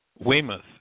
Weymouth